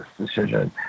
decision